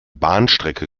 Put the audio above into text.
bahnstrecke